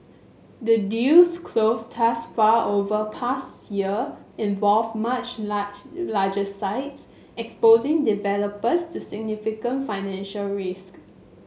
the deals closed thus far over past year involved much large larger sites exposing developers to significant financial risk